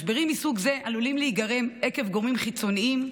משברים מסוג זה עלולים להיגרם עקב גורמים חיצוניים,